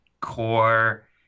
core